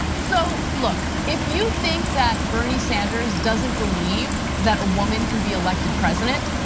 so look, if you think that bernie sanders doesn't believe that a woman can be elected president.